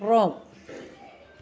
Rome